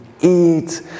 eat